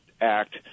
Act